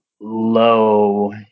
low